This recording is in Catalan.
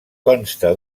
consta